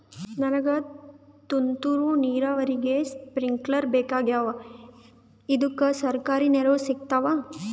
ನನಗ ತುಂತೂರು ನೀರಾವರಿಗೆ ಸ್ಪಿಂಕ್ಲರ ಬೇಕಾಗ್ಯಾವ ಇದುಕ ಸರ್ಕಾರಿ ನೆರವು ಸಿಗತ್ತಾವ?